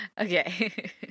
Okay